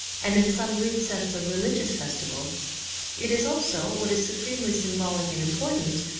and in some rude sense a religious festival it is also, what is su premely symbolic and important,